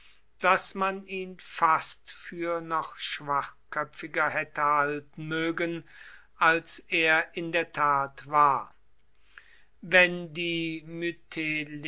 daß man ihn fast für noch schwachköpfiger hätte halten mögen als er in der tat war wenn die